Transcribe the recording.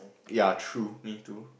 ya true me too